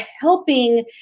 helping